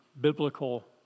biblical